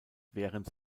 während